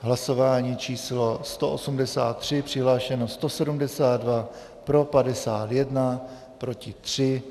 V hlasování číslo 183 přihlášeno 172, pro 51, proti 3.